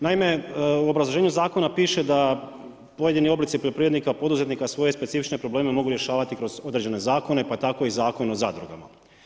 Naime, u obrazloženju zakona piše da pojedini oblici poljoprivrednika, poduzetnika svoje specifične probleme mogu rješavati kroz određene zakone, pa tako i Zakon o zadrugama.